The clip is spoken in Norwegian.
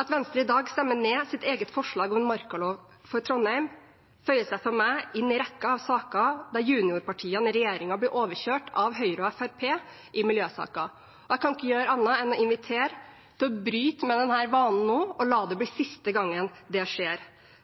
At Venstre i dag stemmer ned sitt eget forslag om en markalov for Trondheim, føyer seg for meg inn i rekken av saker der juniorpartiene i regjeringen blir overkjørt av Høyre og Fremskrittspartiet i miljøsaker. Jeg kan ikke gjøre annet enn å invitere til å bryte med denne vanen nå og å la det bli siste gang det skjer.